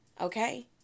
Okay